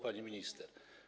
Pani Minister!